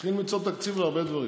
צריכים למצוא תקציב להרבה דברים.